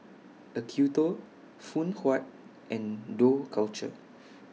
Acuto Phoon Huat and Dough Culture